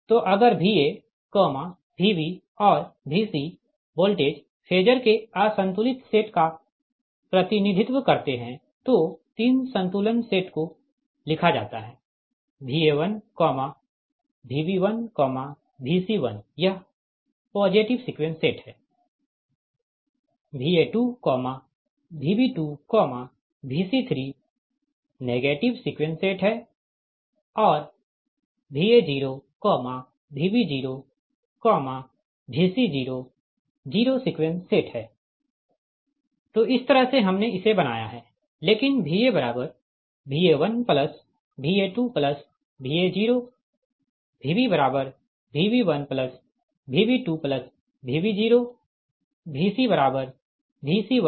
तो अगर Va Vb और Vc वोल्टेज फेजर के असंतुलित सेट का प्रतिनिधित्व करते है तो तीन संतुलन सेट को लिखा जाता है Va1 Vb1 Vc1 यह पॉजिटिव सीक्वेंस सेट है Va2Vb2Vc3 नेगेटिव सीक्वेंस सेट है और Va0Vb0Vc0 जीरो सीक्वेंस सेट है तो इस तरह से हमने इसे बनाया हैलेकिनVaVa1Va2Va0 VbVb1Vb2Vb0VcVc1Vc2Vc0